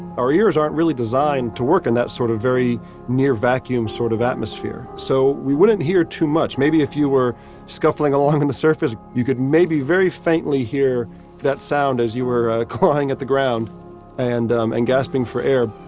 our ears aren't really designed to work in that sort of very near vacuum sort of atmosphere. so we wouldn't hear too much, maybe if you were scuffling along on the surface, you could maybe very faintly hear that sound as you were clawing at the ground and um and gasping for air